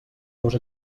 dos